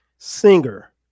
singer